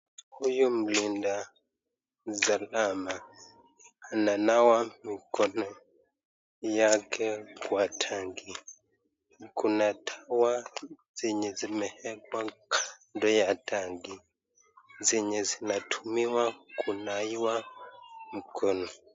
Huyu mlinda salama ananawa mikono yake kwa tangi, kuna dawa zenye zimeekwa kando ya tangi zenye zinatumiwa kunawiwa mikono.